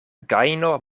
gajno